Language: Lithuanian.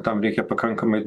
tam reikia pakankamai